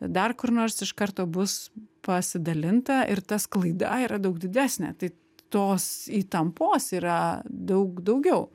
dar kur nors iš karto bus pasidalinta ir ta sklaida yra daug didesnė tai tos įtampos yra daug daugiau